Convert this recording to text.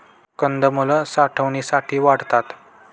कंदमुळं साठवणीसाठी वाढतात